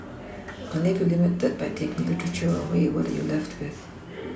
and if you limit that by taking literature away what are you left with